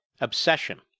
obsession